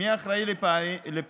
מי אחראי לפערים,